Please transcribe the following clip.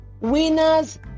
Winners